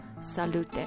salute